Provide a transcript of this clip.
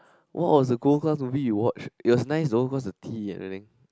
what was the gold class movie we watched it was nice though cause the tea and everything